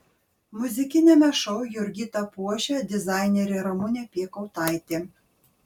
muzikiniame šou jurgitą puošia dizainerė ramunė piekautaitė